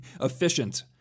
efficient